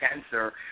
cancer